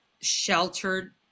sheltered